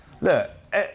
look